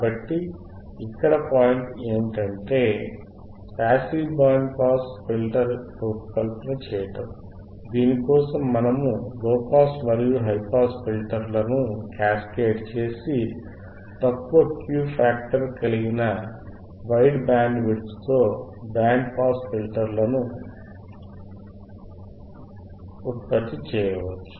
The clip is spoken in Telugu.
కాబట్టి ఇక్కడ పాయింట్ ఏంమిటి అంటే పాసివ్ బ్యాండ్ పాస్ ఫిల్టర్ రూపకల్పన చేయటం దీని కోసం మనము లోపాస్ మరియు హైపాస్ ఫిల్టర్లను క్యాస్కేడ్ చేసి తక్కువ Q ఫ్యాక్టర్ కలిగిన వైడ్ బ్యాండ్ విడ్త్ తో బ్యాండ్ పాస్ ఫిల్టర్లను సర్క్యూట్ లను ఉత్పత్తి చేయవచ్చు